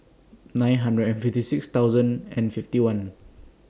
nine hundred and fifty six thousand and fifty one